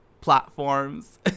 platforms